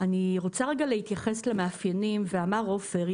אני רוצה רגע להתייחס למאפיינים ואמר עופר,